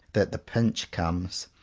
that the pinch comes.